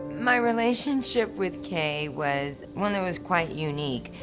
my relationship with kay was one that was quite unique.